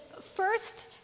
first